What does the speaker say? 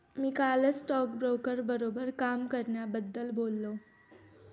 मी कालच स्टॉकब्रोकर बरोबर काम करण्याबद्दल बोललो